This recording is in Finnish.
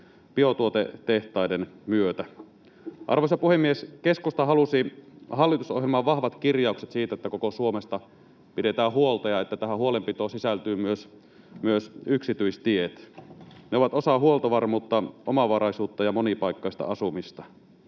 biotuotetehtaiden myötä. Arvoisa puhemies! Keskusta halusi hallitusohjelmaan vahvat kirjaukset siitä, että koko Suomesta pidetään huolta ja että tähän huolenpitoon sisältyvät myös yksityistiet. Ne ovat osa huoltovarmuutta, omavaraisuutta ja monipaikkaista asumista.